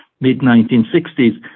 mid-1960s